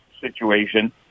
situation